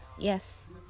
Yes